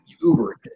Uber